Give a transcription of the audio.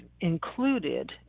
included